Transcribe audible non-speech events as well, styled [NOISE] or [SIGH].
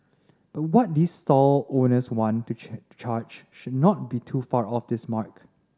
but what these stall owners want to [UNINTELLIGIBLE] charge should not be too far off this mark